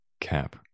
Cap